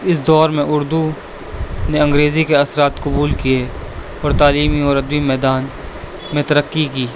اس دور میں اردو نے انگریزی کے اثرات قبول کیے اور تعلیمی اور ادبی میدان میں ترقی کی